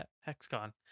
hexagon